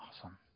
awesome